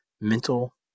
mental